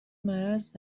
مرض